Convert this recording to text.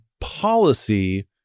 policy